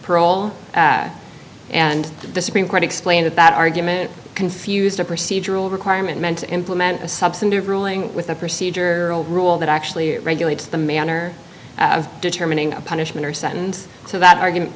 parole and the supreme court explained that that argument confused a procedural requirement meant to implement a substantive ruling with a procedure rule that actually regulates the manner of determining a punishment or sentence so that argument